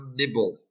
nibble